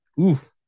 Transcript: Oof